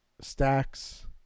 stacks